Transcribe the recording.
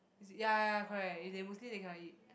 ya ya correct if they Muslim they cannot eat